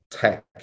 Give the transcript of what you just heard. tech